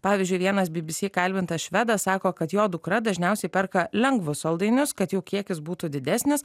pavyzdžiui vienas bbc kalbintas švedas sako kad jo dukra dažniausiai perka lengvus saldainius kad jų kiekis būtų didesnis